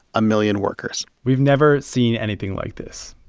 a million workers we've never seen anything like this.